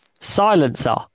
Silencer